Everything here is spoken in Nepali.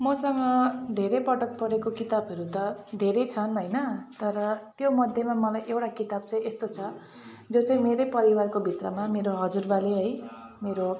मसँग धेरै पटक पढेको किताबहरू त धेरै छन् होइन तर त्यो मध्येमा मलाई एउटा किताब चाहिँ यस्तो छ जो चाहिँ मेरै परिवारको भित्रमा मेरो हजुरबाले है मेरो